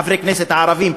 חברי הכנסת הערבים,